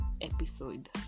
episode